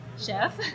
chef